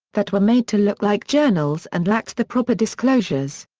that were made to look like journals and lacked the proper disclosures.